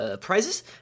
Prizes